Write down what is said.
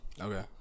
Okay